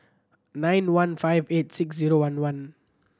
nine one five eight six zero one one